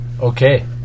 Okay